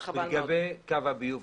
לגבי קו הביוב,